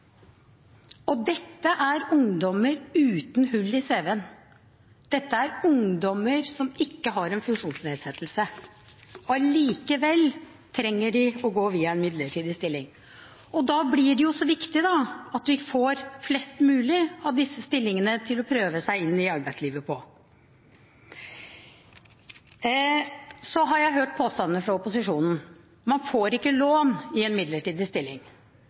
Og dette er ungdommer uten hull i CV-en. Dette er ungdommer som ikke har en funksjonsnedsettelse. Allikevel trenger de å gå via en midlertidig stilling. Da blir det viktig at vi får flest mulig slike stillinger til å prøve seg på i arbeidslivet. Jeg har hørt påstandene fra opposisjonen: Man får ikke lån i en midlertidig stilling.